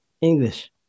English